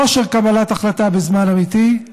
כושר קבלת החלטה בזמן אמיתי,